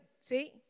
See